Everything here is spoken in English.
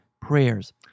prayers